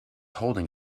holding